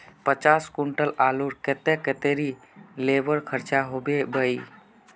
पचास कुंटल आलूर केते कतेरी लेबर खर्चा होबे बई?